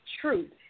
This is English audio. truth